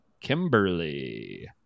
kimberly